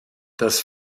dass